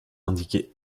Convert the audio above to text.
indiqué